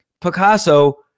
Picasso